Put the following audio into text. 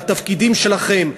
בתפקידים שלכם.